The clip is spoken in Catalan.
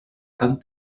tan